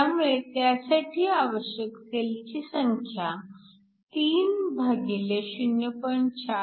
त्यामुळे त्यासाठी आवश्यक सेलची संख्या 3 भागिले 0